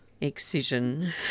excision